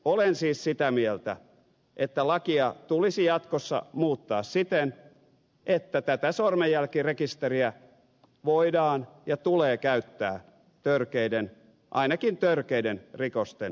olen siis sitä mieltä että lakia tulisi jatkossa muuttaa siten että tätä sormenjälkirekisteriä voidaan ja tulee käyttää ainakin törkeiden rikosten selvittämiseen